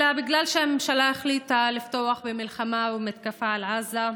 אלא בגלל שהממשלה החליטה לפתוח במלחמה ובמתקפה על עזה,